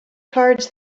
cards